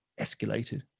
escalated